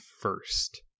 first